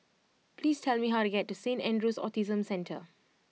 please tell me how to get to Saint Andrew's Autism Centre